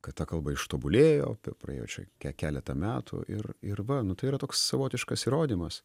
kad ta kalba ištobulėjo praėjo čia ke keletą metų ir ir va nu tai yra toks savotiškas įrodymas